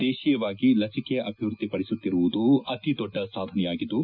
ದೇಶೀಯವಾಗಿ ಲಸಿಕೆ ಅಭಿವೃದ್ದಿ ಪಡಿಸುತ್ತಿರುವುದು ಅತಿ ದೊಡ್ಡ ಸಾಧನೆಯಾಗಿದ್ದು